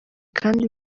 kandi